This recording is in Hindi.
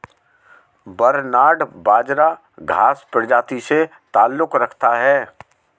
बरनार्ड बाजरा घांस प्रजाति से ताल्लुक रखता है